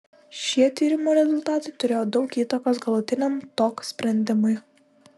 šie tyrimo rezultatai turėjo daug įtakos galutiniam tok sprendimui